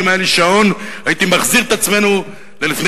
אם היה לי שעון הייתי מחזיר את עצמנו לזמן